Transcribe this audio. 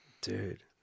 Dude